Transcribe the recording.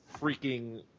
freaking